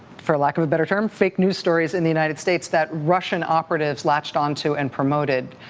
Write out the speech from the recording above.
for lack of a better term, fake news stories in the united states that russian operatives latched onto and promoted.